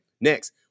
Next